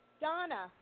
Donna